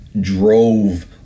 drove